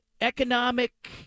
economic